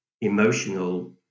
emotional